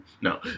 No